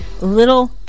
little